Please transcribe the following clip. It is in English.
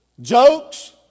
jokes